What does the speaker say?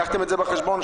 לקחתם את זה בחשבון,